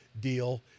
deal